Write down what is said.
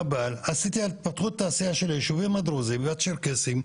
עשיתי על התפתחות התעשייה של הישובים הדרוזים והצ'רקסיים,